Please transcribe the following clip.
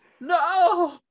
No